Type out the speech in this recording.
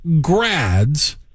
grads